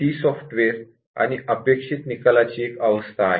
ती सॉफ्टवेअर आणि अपेक्षित निकाला ची एक अवस्था आहे